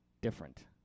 Different